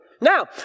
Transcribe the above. Now